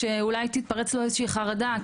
שאולי תתפרץ לו איזה שהיא חרדה,